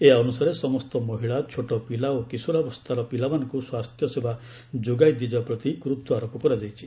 ଏହା ଅନୁସାରେ ସମସ୍ତ ମହିଳା ଛୋଟ ପିଲା ଓ କିଶୋରାବସ୍ଥାର ପିଲାମାନଙ୍କୁ ସ୍ୱାସ୍ଥ୍ୟ ସେବା ଯୋଗାଇ ଦିଆଯିବା ପ୍ରତି ଗୁର୍ତ୍ୱାରୋପ କରାଯାଇଛି